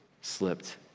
slipped